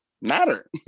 matter